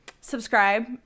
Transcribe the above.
Subscribe